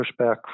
pushback